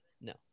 No